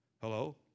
Hello